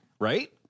Right